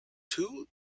two